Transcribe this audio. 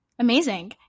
Amazing